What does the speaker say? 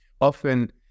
Often